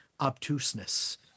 obtuseness